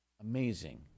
amazing